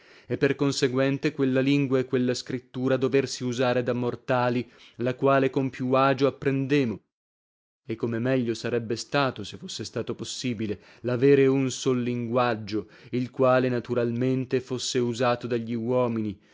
e per conseguente quella lingua e quella scrittura doversi usare da mortali la quale con più agio apprendemo e come meglio sarebbe stato se fosse stato possibile lavere un sol linguaggio il quale naturalmente fosse usato dagli uomini